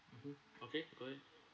mmhmm okay go ahead